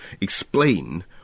explain